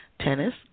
tennis